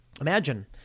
Imagine